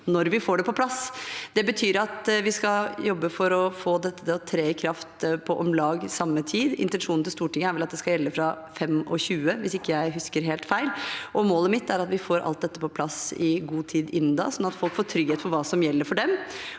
når vi får det på plass. Det betyr at vi skal jobbe for å få dette til å tre i kraft på om lag samme tid. Intensjonen til Stortinget er vel at det skal gjelde fra 2025, hvis jeg ikke husker helt feil. Målet mitt er at vi får alt dette på plass i god tid innen da, sånn at folk får trygghet for hva som gjelder for dem.